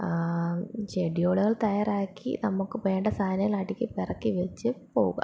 ഷെഡ്യൂളുകൾ തയ്യാറാക്കി നമുക്ക് വേണ്ട സാധനങ്ങൽ അടുക്കി പെറുക്കി വെച്ച് പോവുക